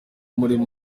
murimo